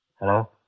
Hello